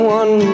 one